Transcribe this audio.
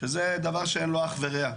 זה דבר שאין לו אח ורע.